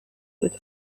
with